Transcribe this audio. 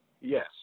Yes